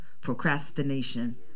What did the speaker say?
procrastination